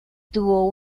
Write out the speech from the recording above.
tuvo